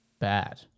bad